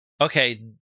okay